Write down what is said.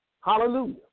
Hallelujah